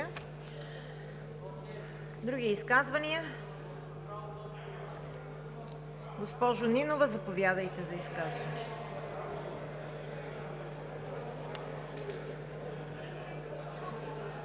Други изказвания? Госпожо Нинова, заповядайте за изказване.